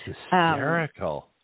hysterical